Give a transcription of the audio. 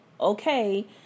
Okay